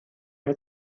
had